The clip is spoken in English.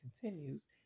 continues